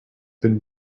been